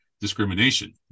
discrimination